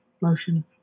motion